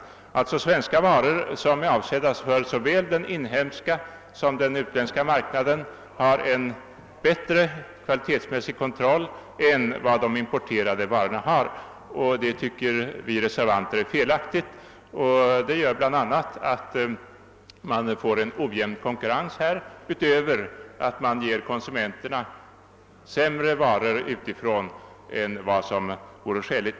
Svenska varor som är avsedda för såväl den inhemska som den utländska marknaden underkastas alltså en strängare kvalitetskontroll än de importerade varorna. Det tycker vi reservanter är felaktigt, eftersom det 1eder till en ojämn konkurrens utöver att konsumenterna får sämre varor utifrån än som vore skäligt.